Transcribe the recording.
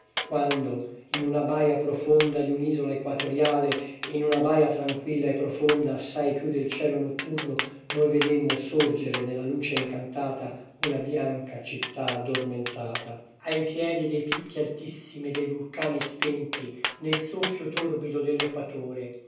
quando in una baia profonda di un'isola equatoriale in una baia tranquilla e profonda assai più del cielo notturno noi vedemmo sorgere nella luce incantata una bianca città addormentata ai piedi dei picchi altissimi dei vulcani spenti nel soffio torbido